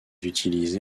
utilisé